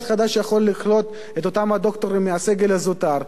חדש שיכול לקלוט את אותם הדוקטורים מהסגל הזוטר,